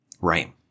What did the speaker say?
Right